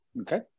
Okay